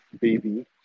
baby